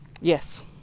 Yes